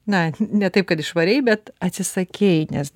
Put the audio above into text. na ne taip kad išvarei bet atsisakei nes